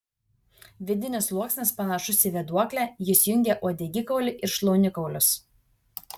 vidinis sluoksnis panašus į vėduoklę jis jungia uodegikaulį ir šlaunikaulius